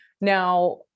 Now